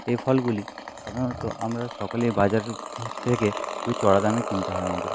এই ফলগুলি সাধারণত আমরা সকলেই বাজার থেকে খুব চড়া দামে কিনতে হয় আমাদের